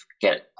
get